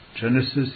Genesis